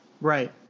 Right